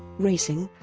racing